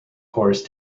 horse